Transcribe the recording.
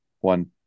one